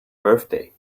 birthday